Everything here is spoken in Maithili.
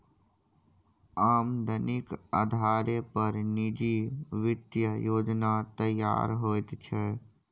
आमदनीक अधारे पर निजी वित्तीय योजना तैयार होइत छै